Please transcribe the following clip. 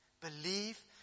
Believe